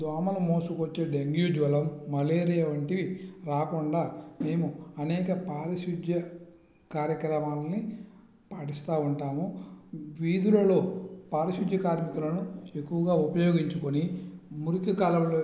దోమలు మోసుకు వచ్చే డెంగ్యూ జ్వరం మలేరియా వంటివి రాకుండా మేము అనేక పారిశుద్ధ్య కార్యక్రమాలని పాటిస్తూ ఉంటాము వీధులలో పారిశుద్ధ్య కార్మికులను ఎక్కువగా ఉపయోగించుకొని మురికి కాలువలలో